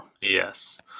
Yes